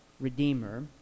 Redeemer